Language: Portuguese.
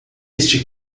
este